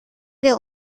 der